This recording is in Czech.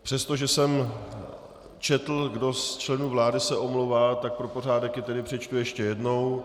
Přestože jsem četl, kdo z členů vlády se omlouvá, tak pro pořádek je tedy přečtu ještě jednou.